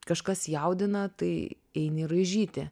kažkas jaudina tai eini raižyti